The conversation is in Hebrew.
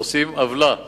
עושים עוולה